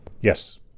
yes